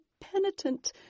penitent